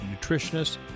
nutritionists